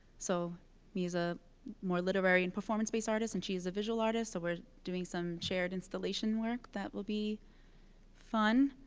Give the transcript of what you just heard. so me as a more literary and performance-based artist, and she is a visual artist, so we're doing some shared installation work that will be fun.